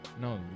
No